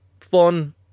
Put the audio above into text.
Fun